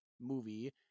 movie